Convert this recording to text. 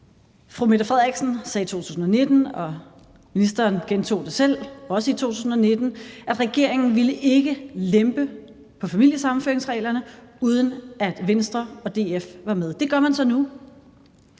Statsministeren sagde i 2019, og ministeren gentog det selv, også i 2019, at regeringen ikke ville lempe på familiesammenføringsreglerne, uden at Venstre og DF var med. Det gør man så nu.